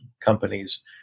companies